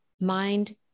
mind